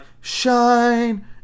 shine